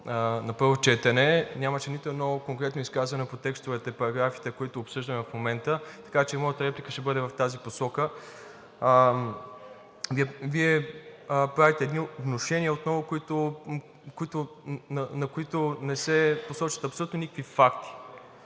на първо четене. Нямаше нито едно конкретно изказване по текстовете и параграфите, които обсъждаме в момента, така че и моята реплика ще бъде в тази посока. Вие отново правите едни внушения, за които не се посочват абсолютно никакви факти.